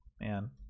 Man